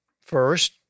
first